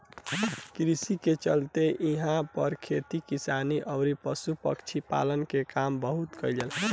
कृषि के चलते इहां पर खेती किसानी अउरी पशु पक्षी पालन के काम बहुत कईल जाला